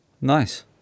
Nice